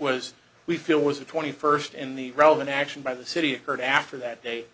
was we feel was the twenty first in the relevant action by the city occurred after that day